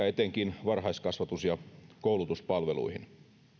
etenkin varhaiskasvatus ja koulutuspalveluihin